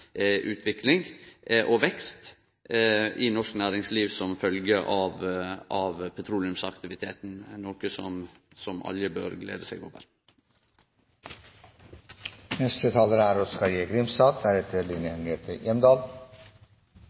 og vekst i norsk næringsliv som følgje av petroleumsaktiviteten, noko alle bør glede seg over.